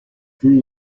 sri